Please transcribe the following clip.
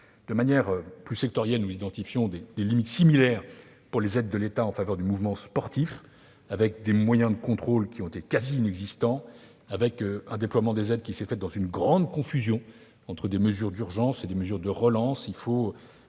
De manière plus sectorielle, nous identifions des limites similaires pour les aides de l'État en faveur du mouvement sportif. Les moyens dédiés aux contrôles ont été quasi inexistants et le déploiement des aides s'est fait dans une grande confusion entre les mesures d'urgence et les mesures de relance.